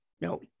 no